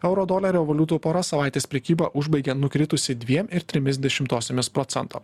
euro dolerio valiutų pora savaitės prekybą užbaigė nukritusi dviem ir trimis dešimtosiomis procento